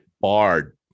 barred